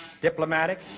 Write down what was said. diplomatic